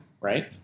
right